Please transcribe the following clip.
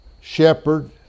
shepherd